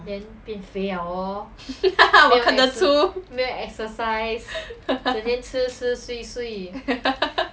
我看得出